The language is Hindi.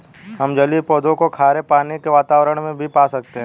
हम जलीय पौधों को खारे पानी के वातावरण में भी पा सकते हैं